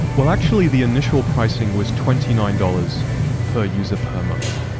well, actually the initial pricing was twenty nine dollars per user per month.